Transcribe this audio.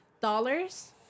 dollars